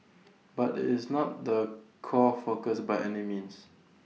but IT is not the core focus by any means